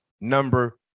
number